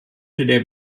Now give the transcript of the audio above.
der